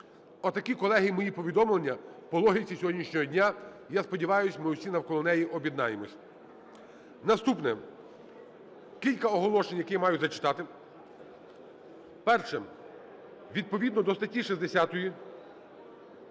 Отакі, колеги, мої повідомлення по логіці сьогоднішнього дня. Я сподіваюсь, ми всі навколо неї об'єднаємось. Наступне. Кілька оголошень, які я маю зачитати. Перше. Відповідно до статті 60